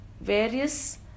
various